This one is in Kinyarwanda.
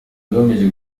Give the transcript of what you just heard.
agamije